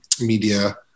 media